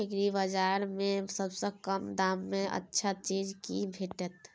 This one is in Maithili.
एग्रीबाजार में सबसे कम दाम में अच्छा चीज की भेटत?